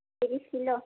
ତିରିଶ କିଲୋ